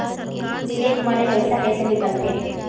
Cheque म ले पईसा कइसे निकलथे?